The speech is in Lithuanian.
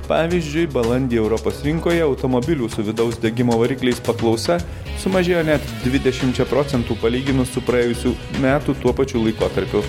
pavyzdžiui balandį europos rinkoje automobilių su vidaus degimo varikliais paklausa sumažėjo net dvidešimčia procentų palyginus su praėjusių metų tuo pačiu laikotarpiu